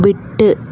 விட்டு